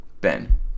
Ben